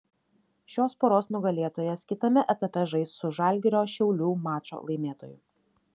šios poros nugalėtojas kitame etape žais su žalgirio šiaulių mačo laimėtoju